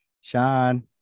Sean